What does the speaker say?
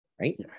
right